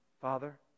Father